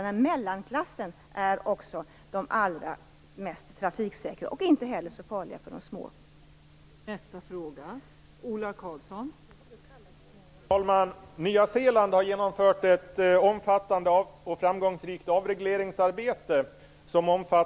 Men också mellanklassens bilar tillhör de allra trafiksäkraste, och de inte så farliga för de små bilarna.